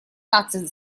наций